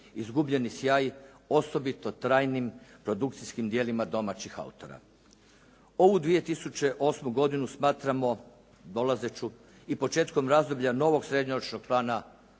izgubljeni sjaj osobito trajnim produkcijskim djelima domaćih autora. Ovu 2008. godinu smatramo dolazeću i početkom razdoblja novog srednjoročnog plana